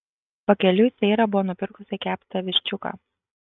pakeliui seira buvo nupirkusi keptą viščiuką